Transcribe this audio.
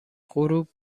غروب